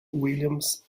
williams